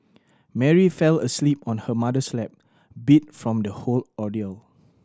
Mary fell asleep on her mother's lap beat from the whole ordeal